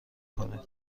کنید